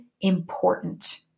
important